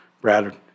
Brad